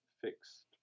fixed